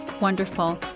wonderful